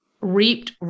reaped